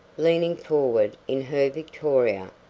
leaning forward in her victoria,